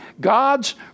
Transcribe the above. God's